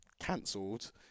cancelled